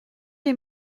les